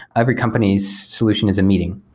every company's solution is a meeting,